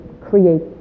create